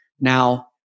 Now